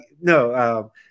no